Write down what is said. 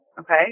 okay